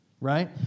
right